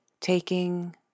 taking